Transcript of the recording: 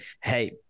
hey